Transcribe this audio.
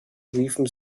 riefen